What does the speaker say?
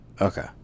Okay